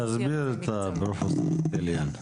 תסביר פרופסור סטיליאן.